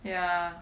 ya